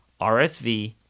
RSV